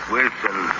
Wilson